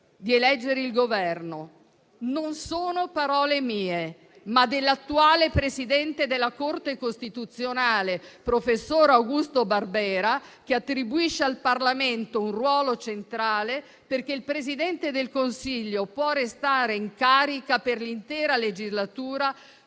di eleggere il Governo. Sono parole non mie, ma dell'attuale presidente della Corte costituzionale, professor Augusto Barbera, che attribuisce al Parlamento un ruolo centrale, perché il Presidente del Consiglio può restare in carica per l'intera legislatura